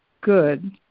good